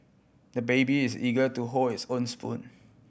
the baby is eager to hold his own spoon